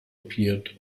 appeared